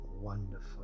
wonderful